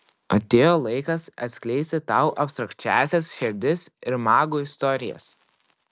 atėjo laikas atskleisti tau abstrakčiąsias šerdis ir magų istorijas